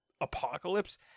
apocalypse